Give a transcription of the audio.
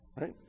Right